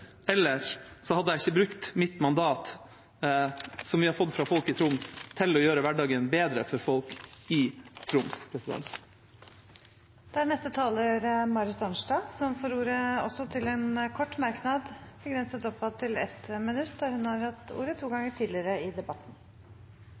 hadde jeg ikke brukt mitt mandat, som vi har fått fra folk i Troms, til å gjøre hverdagen bedre for folk i Troms. Representanten Marit Arnstad har hatt ordet to ganger tidligere og får ordet til en kort merknad, begrenset til inntil 1 minutt.